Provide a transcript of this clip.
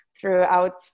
throughout